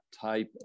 type